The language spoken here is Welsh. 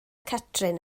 catrin